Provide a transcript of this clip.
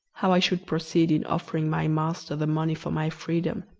how i should proceed in offering my master the money for my freedom.